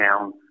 down